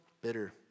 bitter